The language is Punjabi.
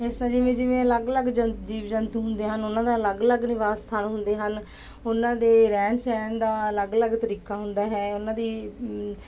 ਇਸ ਤਰ੍ਹਾਂ ਜਿਵੇਂ ਜਿਵੇਂ ਅਲੱਗ ਅਲੱਗ ਜੰਤ ਜੀਵ ਜੰਤੂ ਹੁੰਦੇ ਹਨ ਉਹਨਾਂ ਦਾ ਅਲੱਗ ਅਲੱਗ ਨਿਵਾਸ ਸਥਾਨ ਹੁੰਦੇ ਹਨ ਉਹਨਾਂ ਦੇ ਰਹਿਣ ਸਹਿਣ ਦਾ ਅਲੱਗ ਅਲੱਗ ਤਰੀਕਾ ਹੁੰਦਾ ਹੈ ਉਹਨਾਂ ਦੀ